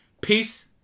peace